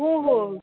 हो हो